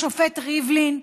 לשופט ריבלין,